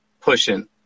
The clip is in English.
Pushing